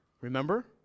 Remember